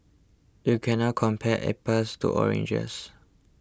you cannot compare apples to oranges